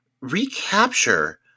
recapture